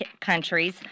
countries